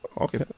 okay